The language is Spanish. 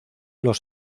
los